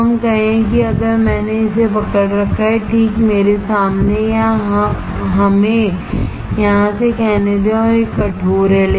तो हम कहें कि अगर मैंने इसे पकड़ रखा है ठीक मेरे सामने या हमें यहाँ से कहने दें और यह कठोर है